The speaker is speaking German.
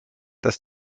das